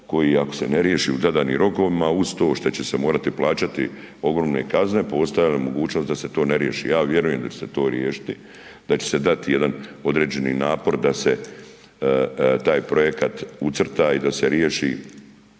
koji, ako se ne riješi u zadanim rokovima uz to što će se morati plaćati ogromne kazne, postoji mogućnost da se to ne riješi, ja vjerujem da će se to riješiti, da će se dati jedan određeni napor da se taj projekat ucrta i da se riješi